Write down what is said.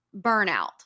burnout